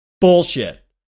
bullshit